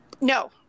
No